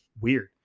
weird